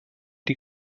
die